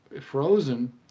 frozen